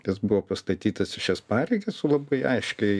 jis buvo pastatytas į šias pareigas su labai aiškiai